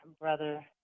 Brother